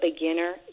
beginner